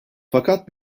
fakat